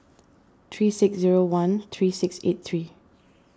three six zero one three six eight three